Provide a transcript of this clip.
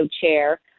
chair